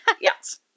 yes